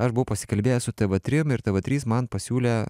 aš buvau pasikalbėjęs su tv trim ir tv trys man pasiūlė